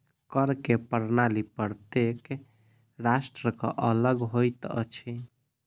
कर के प्रणाली प्रत्येक राष्ट्रक अलग होइत अछि